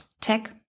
Tech